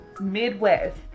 Midwest